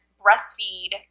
breastfeed